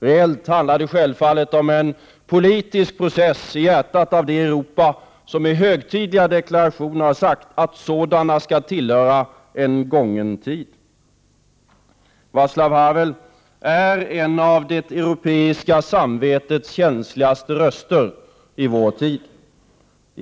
Reellt handlade det självfallet om en politisk process i hjärtat av det Europa som i högtidliga deklarationer sagt att sådana skall tillhöra en gången tid. Våclav Havel är en av det europeiska samvetets känsligaste röster i vår tid.